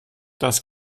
das